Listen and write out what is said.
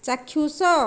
ଚାକ୍ଷୁଷ